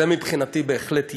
זה מבחינתי בהחלט יעד,